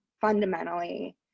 fundamentally